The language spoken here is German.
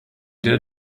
der